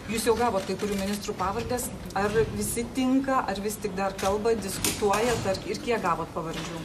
jūs jau gavot kai kurių ministrų pavardes ar visi tinka ar vis tik dar kalbat diskutuojat ar ir kiek gavot pavardžių